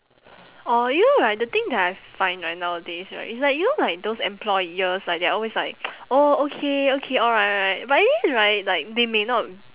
orh you know right the thing that I find right nowadays right is like you know like those employers like they're always like oh okay okay alright alright but then right like they may not